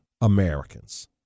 Americans